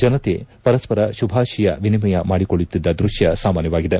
ಜನತೆ ಪರಸ್ಪರ ಶುಭಾಶಯ ವಿನಿಮಯ ಮಾಡಿಕೊಳ್ಳುತ್ತಿದ್ದ ದೃಕ್ಕ ಸಾಮಾನ್ಯವಾಗಿದೆ